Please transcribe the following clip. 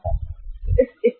तो उस स्थिति से कैसे निपटा जाए